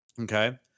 Okay